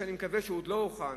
שאני מקווה שהוא עוד לא הוכן,